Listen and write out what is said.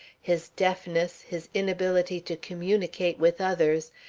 his deafness, his inability to communicate with others,